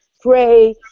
pray